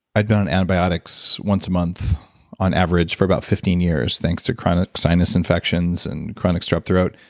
i had been on antibiotics once a month on average for about fifteen years, thanks to chronic sinus infections and chronic strep throat,